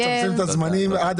אנחנו נשתדל לצמצם את הזמנים כך שעד